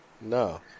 No